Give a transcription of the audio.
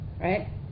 right